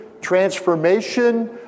transformation